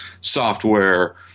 software